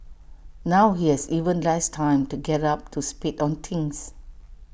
now he has even less time to get up to speed on things